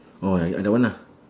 oh like ya that one lah